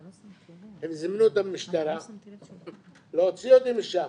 הם זימנו את המשטרה להוציא אותי משם,